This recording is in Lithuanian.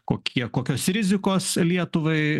kokie kokios rizikos lietuvai